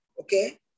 okay